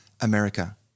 America